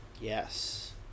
Yes